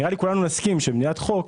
נראה לי שכולנו נסכים שמדינת חוק,